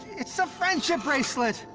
it's the friendship bracelet.